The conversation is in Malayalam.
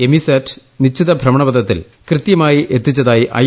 എമിസാറ്റ് നിശ്ചിത ഭ്രമണപഥത്തിൽ കൃത്യമായി എത്തിച്ചതാ യിഐ